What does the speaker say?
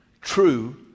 true